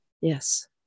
Yes